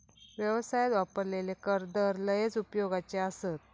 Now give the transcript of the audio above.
व्यवसायात वापरलेले कर दर लयच उपयोगाचे आसत